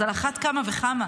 אז על אחת כמה וכמה,